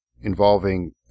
involving